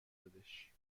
تولدش